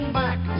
back